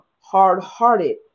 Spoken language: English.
hard-hearted